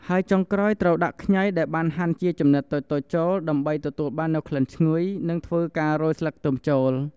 ហើយចុងក្រោយ ត្រូវដាក់ខ្ងីដែលបានហាន់ជាចំនិតតូចៗចូល ដើម្បីទទួលបាននូវក្លិនឈ្ងុយ និងធ្វើការរោយស្លឹកខ្ទឹមចូល។